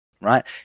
right